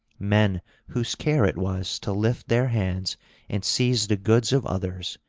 men whose care it was to lift their hands and seize the goods of others,